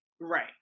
Right